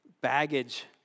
baggage